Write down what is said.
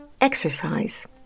Exercise